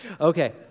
Okay